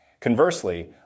Conversely